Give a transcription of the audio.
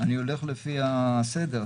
אני הולך לפי הסדר.